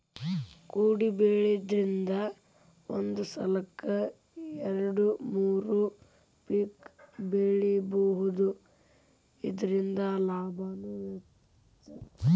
ಕೊಡಿಬೆಳಿದ್ರಂದ ಒಂದ ಸಲಕ್ಕ ಎರ್ಡು ಮೂರು ಪಿಕ್ ಬೆಳಿಬಹುದು ಇರ್ದಿಂದ ಲಾಭಾನು ಹೆಚ್ಚ